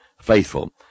faithful